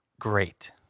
great